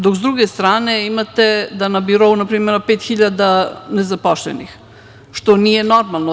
Dok, sa druge strane, imate da na birou ima 5.000 nezapošljenih, što nije normalno.